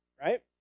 right